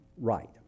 right